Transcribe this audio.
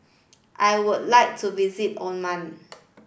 I would like to visit Oman